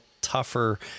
tougher